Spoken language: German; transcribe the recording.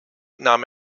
nahm